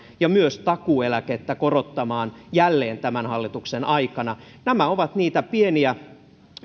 ja myös takuueläkettä korottamaan jälleen tämän hallituksen aikana nämä ovat niitä pieniä